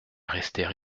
rester